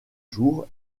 jours